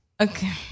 Okay